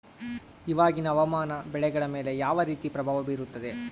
ಇವಾಗಿನ ಹವಾಮಾನ ಬೆಳೆಗಳ ಮೇಲೆ ಯಾವ ರೇತಿ ಪ್ರಭಾವ ಬೇರುತ್ತದೆ?